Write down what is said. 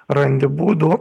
randi būdų